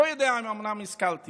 לא יודע אם אומנם השכלתי